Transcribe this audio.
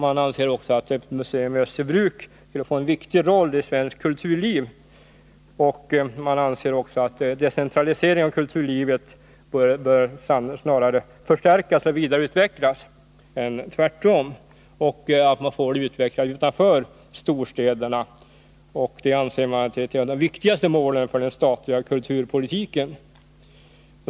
Man anser också att ett museum i Österbybruk skulle spela en viktig rolli svenskt kulturliv och att decentraliseringen av kulturlivet snarare bör förstärkas och vidareutvecklas än tvärtom. Att detta utvecklas utanför storstäderna menar man vara ett av de viktigaste målen för den statliga kulturpolitiken.